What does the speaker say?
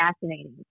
fascinating